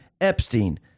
Epstein